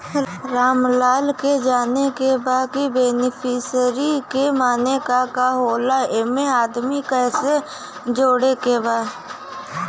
रामलाल के जाने के बा की बेनिफिसरी के माने का का होए ला एमे आदमी कैसे जोड़े के बा?